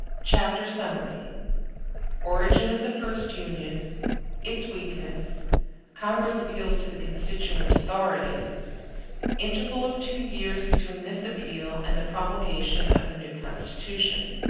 chapter summary origin of the first union its weakness congress appeals to the constituent authority interval of two years between this appeal and the promulgation of the new constitution.